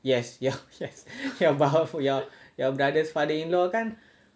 yes ya yes kind of but her for your your brother's father in law kan